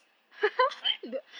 what